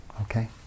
Okay